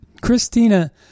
Christina